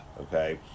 okay